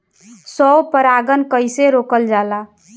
स्व परागण कइसे रोकल जाला?